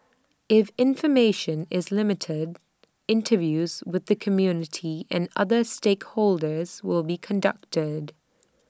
if information is limited interviews with the community and other stakeholders will be conducted